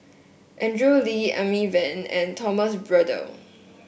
Andrew Lee Amy Van and Thomas Braddell